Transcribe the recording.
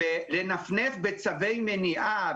לנפנף בצווי מניעה,